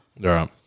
Right